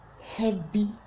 heavy